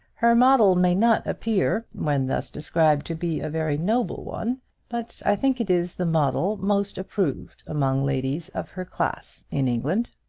her model may not appear, when thus described, to be a very noble one but i think it is the model most approved among ladies of her class in england.